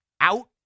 out